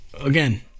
Again